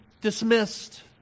dismissed